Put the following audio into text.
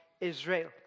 Israel